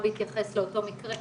להתייחס לאותו מקרה,